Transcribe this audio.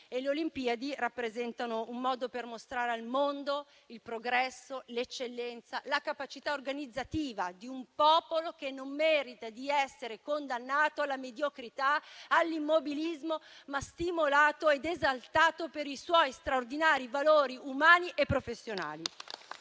le Olimpiadi rappresentano un modo per mostrare al mondo il progresso, l'eccellenza, la capacità organizzativa di un popolo che non merita di essere condannato alla mediocrità e all'immobilismo, ma stimolato ed esaltato per i suoi straordinari valori umani e professionali.